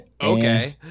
Okay